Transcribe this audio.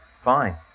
fine